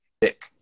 dick